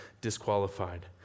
disqualified